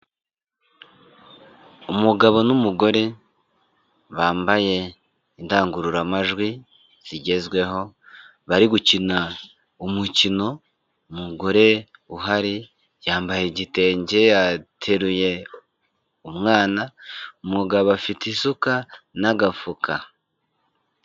Umugabo n'umugore bambaye indangururamajwi zigezweho, bari gukina umukino umugore uhari yambaye igitenge ateruye umwana, umugabo afite isuka n'agafuka.